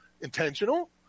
intentional